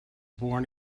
born